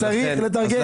צריך לתרגם.